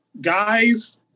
guys